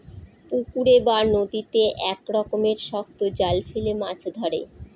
পুকুরে বা নদীতে এক রকমের শক্ত জাল ফেলে মাছ ধরে